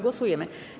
Głosujemy.